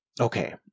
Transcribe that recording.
okay